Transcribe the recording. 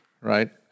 right